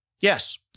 Yes